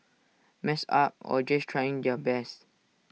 messed up or just trying their best